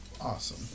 awesome